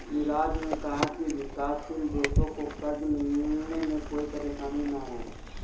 मिराज ने कहा कि विकासशील देशों को कर्ज मिलने में कोई परेशानी न हो